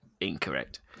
incorrect